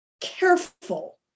careful